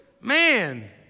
Man